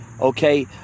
okay